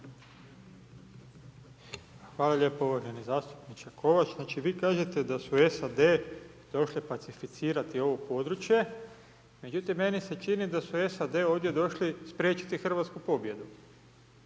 Hvala lijepo uvaženi zastupniče Kovač. Znači, vi kažete da su SAD došle pacificirati ovo područje. Međutim, meni se čini da su SAD ovdje došle spriječiti hrvatsku pobjedu.